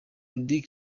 melody